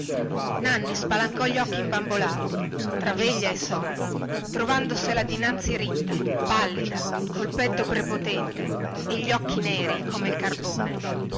nanni spalancò gli occhi imbambolati tra veglia e sonno trovandosela dinanzi ritta pallida col petto prepotente e gli occhi neri come il carbone